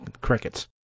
crickets